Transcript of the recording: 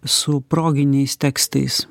su proginiais tekstais